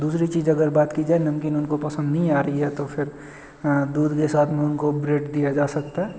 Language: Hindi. दूसरी अगर बात की जाए नमकीन उनको पसंद नहीं आ रही है तो फिर दूध के साथ में उनको ब्रेड दिया जा सकता है